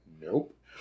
nope